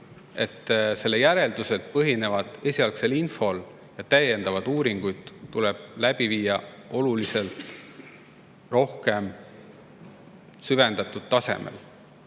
et selle järeldused põhinevad esialgsel infol ja täiendavaid uuringuid tuleb läbi viia oluliselt rohkem süvendatud tasemel.